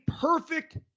perfect